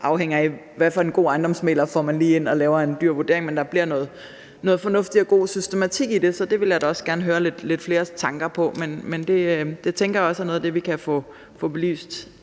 afhænge af, hvor god en ejendomsmægler man lige får til at lave en dyr vurdering. Hvordan får man noget god og fornuftig systematik i det? Så det vil jeg gerne høre lidt flere tanker om. Men det tænker jeg også er noget af det, vi kan få belyst